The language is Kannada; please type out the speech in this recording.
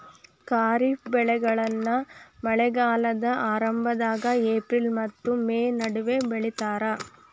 ಖಾರಿಫ್ ಬೆಳೆಗಳನ್ನ ಮಳೆಗಾಲದ ಆರಂಭದಾಗ ಏಪ್ರಿಲ್ ಮತ್ತ ಮೇ ನಡುವ ಬಿತ್ತತಾರ